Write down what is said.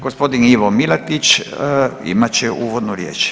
Gospodin Ivo Milatić imat će uvodnu riječ.